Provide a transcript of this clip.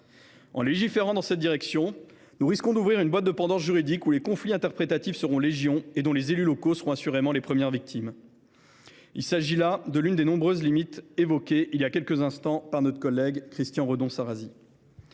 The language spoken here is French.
En légiférant dans ce sens, nous risquons d’ouvrir une boîte de Pandore juridique, dans laquelle les conflits interprétatifs seront légion et dont les élus locaux seront assurément les premières victimes. Il s’agit là de l’une des nombreuses limites évoquées il y a quelques instants par notre collègue Christian Redon Sarrazy.